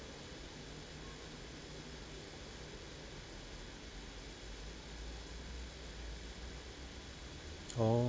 oh